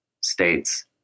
States